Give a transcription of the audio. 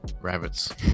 rabbits